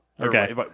Okay